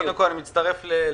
קודם כל, אני מצטרף לקטי,